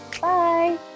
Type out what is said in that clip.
Bye